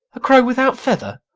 a crow without feather?